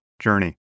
journey